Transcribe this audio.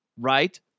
right